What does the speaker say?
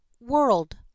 world